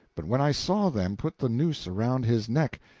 but when i saw them put the noose around his neck,